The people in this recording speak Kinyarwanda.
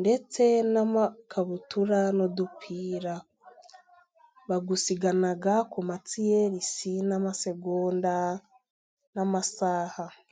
ndetse n'amakabutura n'udupira, bawusiganwa ku matsiyerisi n'amasegonda n'amasaha.